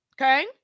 Okay